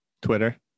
twitter